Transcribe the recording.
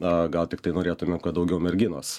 na gal tiktai norėtume kad daugiau merginos